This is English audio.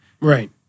right